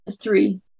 three